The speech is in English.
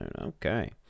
okay